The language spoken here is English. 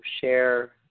share